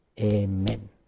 amen